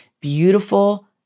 beautiful